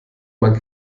man